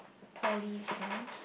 poly is like